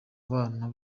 bana